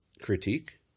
critique